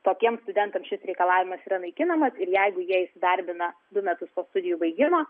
tokiems studentams šis reikalavimas yra naikinamas ir jeigu jie įdarbina du metus po studijų baigimo